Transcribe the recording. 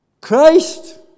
Christ